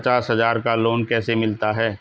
पचास हज़ार का लोन कैसे मिलता है?